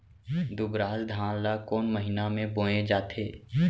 दुबराज धान ला कोन महीना में बोये जाथे?